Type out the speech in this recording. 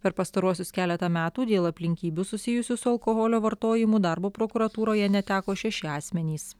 per pastaruosius keletą metų dėl aplinkybių susijusių su alkoholio vartojimu darbo prokuratūroje neteko šeši asmenys